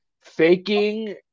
faking